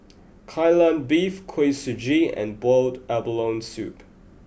Kai Lan Beef Kuih Suji and Boiled Abalone Soup